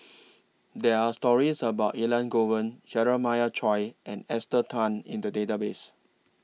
There Are stories about Elangovan Jeremiah Choy and Esther Tan in The Database